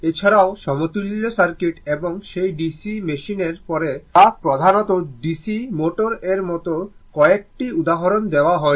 এছাড়াও সমতুল্য সার্কিট এবং সেই DC মেশিনের পরে যা প্রধানত DC মোটর এর মতো কয়েকটি উদাহরণ দেওয়া হয়েছে